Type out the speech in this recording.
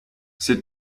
c’est